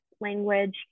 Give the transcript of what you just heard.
language